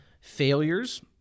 failures